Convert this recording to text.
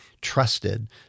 trusted